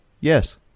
Yes